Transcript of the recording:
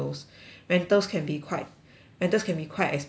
rentals can be quite rentals can be quite expensive eh